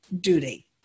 duty